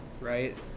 right